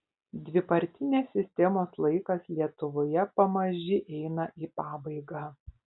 dvipartinės sistemos laikas lietuvoje pamaži eina į pabaigą